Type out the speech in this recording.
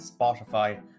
Spotify